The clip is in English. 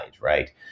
right